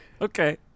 Okay